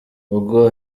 ubwo